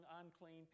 unclean